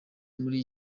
muri